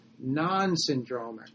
non-syndromic